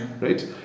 right